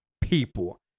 people